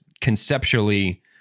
conceptually